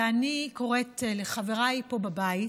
ואני קוראת לחבריי פה בבית,